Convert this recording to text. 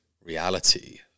reality